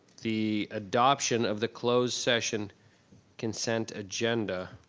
the adoption of the closed session consent agenda.